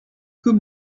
күп